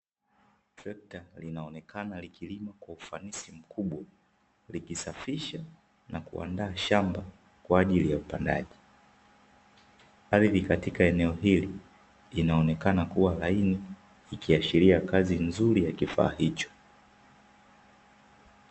Trekta linaonekana likilima kwa ufanisi mkubwa, likisafisha na kuandaa shamba kwa ajili ya upandaji. Ardhi katika eneo hili inaonekana kuwa laini ikiashiria kazi nzuri ya kifaa hicho.